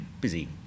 busy